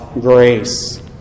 grace